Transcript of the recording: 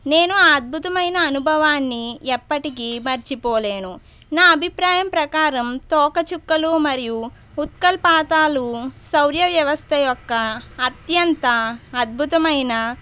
నేను ఆ అద్భుతమైన అనుభవాన్ని ఎప్పటికీ మరిచిపోలేను నా అభిప్రాయం ప్రకారం తోకచుక్కలు మరియు ఉత్కలపాతాలు సౌర వ్యవస్థ యొక్క అత్యంత అద్భుతమైన